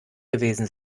gewesen